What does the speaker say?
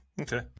Okay